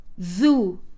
zoo